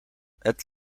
het